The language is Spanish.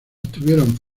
obtuvieron